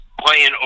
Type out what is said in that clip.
playing